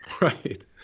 right